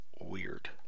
weird